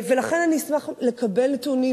ולכן אני אשמח לקבל נתונים,